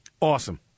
Awesome